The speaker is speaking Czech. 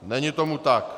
Není tomu tak.